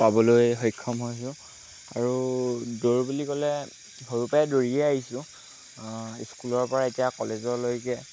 পাবলৈ সক্ষম হৈছোঁ আৰু দৌৰ বুলি ক'লে সৰুৰপৰাই দৌৰিয়েই আহিছোঁ স্কুলৰপৰা এতিয়া কলেজলৈকে